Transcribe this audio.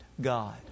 God